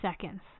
seconds